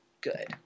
good